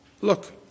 Look